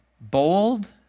bold